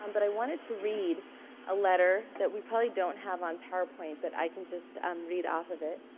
um but i wanted to read a letter that we probably don't have on powerpoint, but i can just um read off of it.